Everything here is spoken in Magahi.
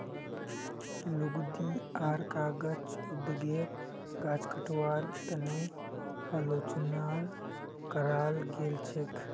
लुगदी आर कागज उद्योगेर गाछ कटवार तने आलोचना कराल गेल छेक